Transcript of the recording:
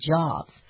jobs